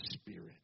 Spirit